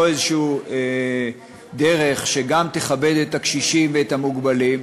איזושהי דרך שגם תכבד את הקשישים ואת המוגבלים,